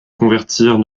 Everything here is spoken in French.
convertirent